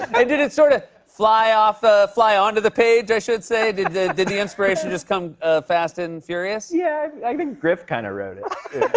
did it sort of fly off ah fly onto the page, i should say? did the did the inspiration just come fast and furious? yeah, i think griff kind of wrote it.